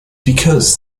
because